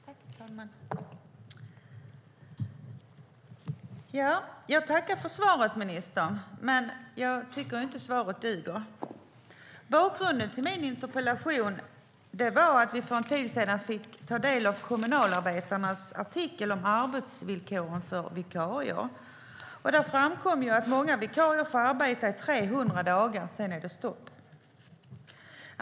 Herr talman! Jag tackar för svaret, ministern, men jag tycker inte att svaret duger. Bakgrunden till min interpellation är att vi för en tid sedan fick ta del av kommunalarbetarnas artikel om arbetsvillkoren för vikarier. Där framkom att många vikarier får arbeta i 300 dagar och sedan är det stopp.